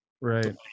right